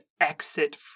exit